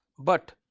but